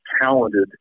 talented